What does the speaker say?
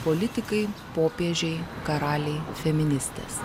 politikai popiežiai karaliai feministės